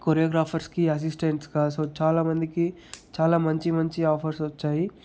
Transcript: కొరియోగ్రాఫర్స్కి అసిస్టెంట్స్గా సో చాలా మందికి చాలా మంచి మంచి ఆఫర్స్ వచ్చాయి